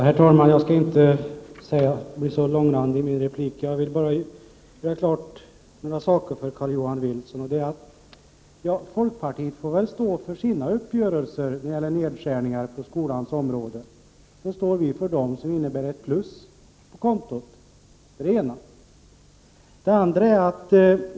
Herr talman! Jag skall inte bli så långrandig i min replik. Jag vill bara göra klart några saker för Carl-Johan Wilson. Folkpartiet får väl stå för sina uppgörelser när det gäller nedskärningar på skolans område, så står vi för dem som innebär ett plus på kontot.